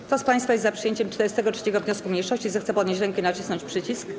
Kto z państwa jest za przyjęciem 43. wniosku mniejszości, zechce podnieść rękę i nacisnąć przycisk.